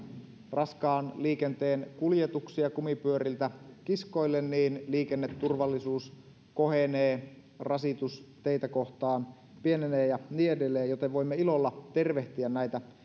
raskaan liikenteen kuljetuksia kumipyöriltä kiskoille niin liikenneturvallisuus kohenee rasitus teitä kohtaan pienenee ja niin edelleen joten voimme ilolla tervehtiä näitä